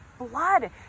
blood